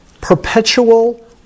perpetual